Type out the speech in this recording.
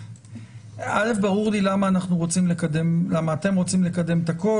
קודם כל ברור לי למה אתם רוצים לקדם את הכול,